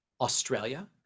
Australia